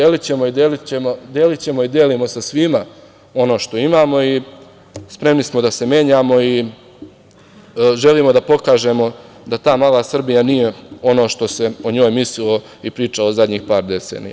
Delićemo i delićemo i delimo sa svima ono što imamo i spremni smo i da se menjamo i želimo da pokažemo da ta mala Srbija nije ono što se o njoj mislilo i pričalo u zadnjih par decenija.